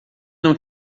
não